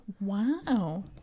Wow